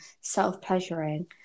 self-pleasuring